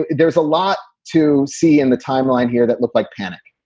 there's a lot to see in the timeline here that looked like panic